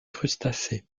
crustacés